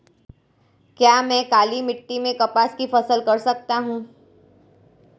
क्या मैं काली मिट्टी में कपास की फसल कर सकता हूँ?